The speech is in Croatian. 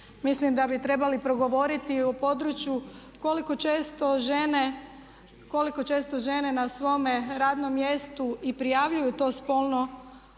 mislim da bi trebali progovoriti o području koliko često žene na svome radnom mjestu i prijavljuju to spolno